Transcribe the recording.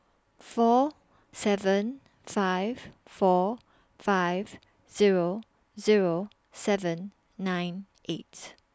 four seven five four five Zero Zero seven nine eight